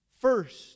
first